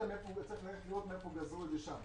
מה זה צריך להיות ומאיפה גזרו את זה שם.